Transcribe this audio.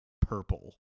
purple